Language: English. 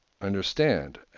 understand